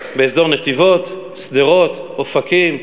באזור נתיבות, שדרות, אופקים,